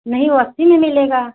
नहीं वो अस्सी में मिलेगा